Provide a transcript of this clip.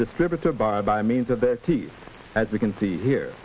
distributor by or by means of their teeth as we can see here